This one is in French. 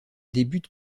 débute